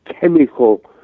chemical